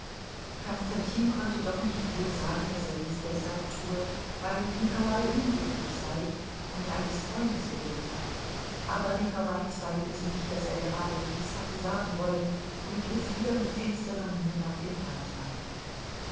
konstantin konnte doch nicht wohl sagen daß er dies deshalb tue weil nikolai unglücklich sei und eines freundes bedürfe aber nikolai zweifelte nicht daß er gerade dies hatte sagen wollen und griff wieder mit finsterer miene nach dem branntwein